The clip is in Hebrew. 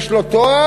יש לו תואר,